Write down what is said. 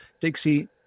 Dixie